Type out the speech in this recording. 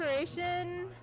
inspiration